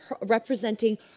representing